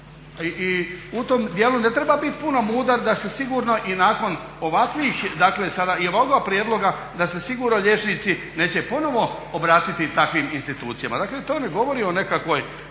i u tom dijelu ne treba biti puno mudar da se sigurno i nakon ovakvih dakle sada il ovoga prijedloga da se sigurno liječnici neće ponovno obratiti takvim institucijama. Dakle, to ne govori o nekakvoj